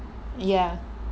ya